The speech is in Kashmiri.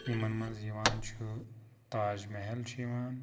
یِمَن منٛز یِوان چھُ تاج محل چھُ یِوان